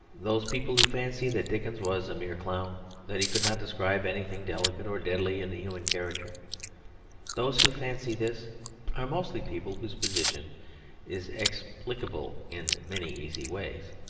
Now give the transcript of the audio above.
those people who fancy that dickens was a mere clown that he could not describe anything delicate or deadly in the human character those who fancy this are mostly people whose position is explicable in many easy ways.